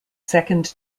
second